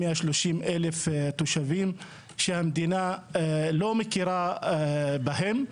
130,000 תושבים שהמדינה לא מכירה בהם.